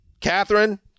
Catherine